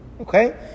Okay